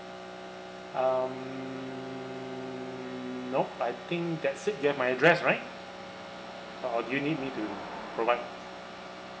um nope I think that's it you have my address right or do you need me to provide